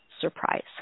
surprise